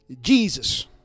Jesus